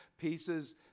pieces